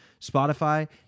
Spotify